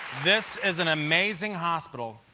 this is an amazing hospital.